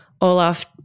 Olaf